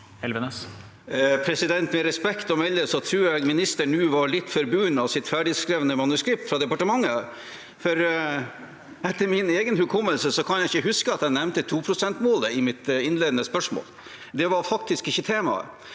Med respekt å melde tror jeg ministeren nå var litt for bundet av sitt ferdigskrevne manuskript fra departementet, for etter egen hukommelse kan jeg ikke huske at jeg nevnte 2-prosentmålet i mitt innledende spørsmål. Det var faktisk ikke tema.